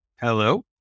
Hello